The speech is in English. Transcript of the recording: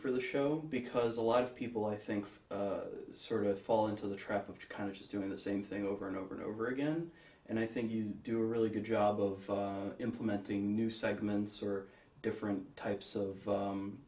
for the show because a lot of people i think sort of fall into the trap of kind of just doing the same thing over and over and over again and i think you do a really good job of implementing new segments or different types of